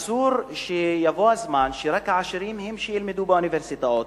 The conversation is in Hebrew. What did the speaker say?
אסור שיבוא הזמן שרק העשירים הם שילמדו באוניברסיטאות,